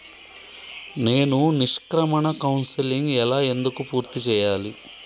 నేను నిష్క్రమణ కౌన్సెలింగ్ ఎలా ఎందుకు పూర్తి చేయాలి?